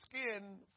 skin